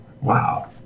wow